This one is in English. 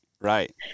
right